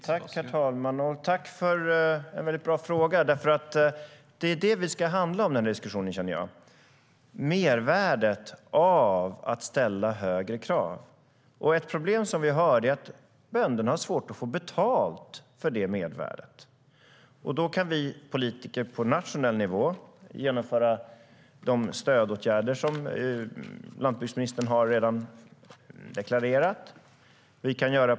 Herr talman! Tack för en bra fråga, Magnus Oscarsson! Det är det den här diskussionen ska handla om, känner jag: mervärdet av att ställa högre krav. Ett problem som vi har är att bönderna har svårt att få betalt för detta mervärde. Då kan vi politiker på nationell nivå genomföra de stödåtgärder som landsbygdsministern redan har deklarerat.